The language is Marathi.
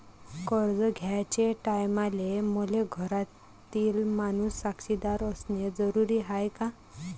कर्ज घ्याचे टायमाले मले घरातील माणूस साक्षीदार असणे जरुरी हाय का?